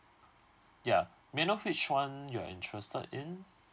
yeah may I know which one you are interested in